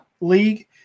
league